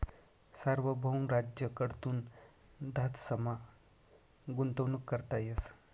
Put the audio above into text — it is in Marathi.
सार्वभौम राज्य कडथून धातसमा गुंतवणूक करता येस